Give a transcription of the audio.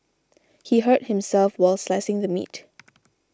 he hurt himself while slicing the meat